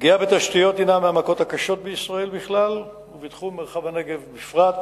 פגיעה בתשתיות הינה מהמכות הקשות בישראל בכלל ובתחום מרחב הנגב בפרט.